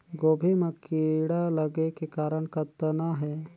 गोभी म कीड़ा लगे के कारण कतना हे?